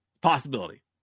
possibility